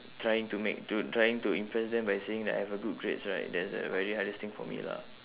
trying to make to trying to impress them by saying that I have a good grades right that's a very hardest thing for me lah